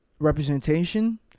representation